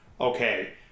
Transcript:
okay